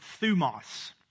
thumos